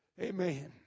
Amen